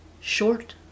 Short